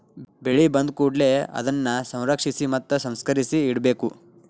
ಬೆಳೆ ಬಂದಕೂಡಲೆ ಅದನ್ನಾ ಸಂರಕ್ಷಿಸಿ ಮತ್ತ ಸಂಸ್ಕರಿಸಿ ಇಡಬೇಕು